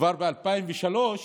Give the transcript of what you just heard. כבר ב-2003